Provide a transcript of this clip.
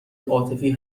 عاطفی